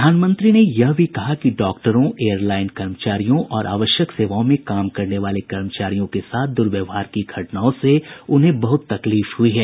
प्रधानमंत्री ने यह भी कहा कि डॉक्टरों एयर लाइन कर्मचारियों और आवश्यक सेवाओं में काम करने वाले कर्मचारियों के साथ दुर्व्यवहार की घटनाओं से उन्हें बहुत तकलीफ हुई है